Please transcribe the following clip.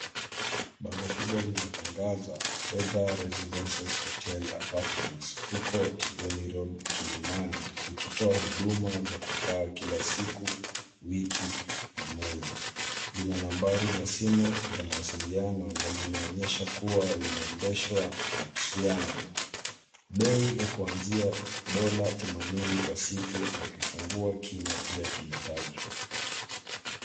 Bango kubwa linatangaza Fedha residencies hotel apartments huko Tigoni road Kilimani likitoa huduma za kukaa kila siku, wiki na mwezi. Lina nambari za simu za mawasiliano na linaonyesha kuwa linaendeshwa na trianum. Bei ya kuanzia dola themanini kwa siku na kifungua kinywa pia kimetajwa.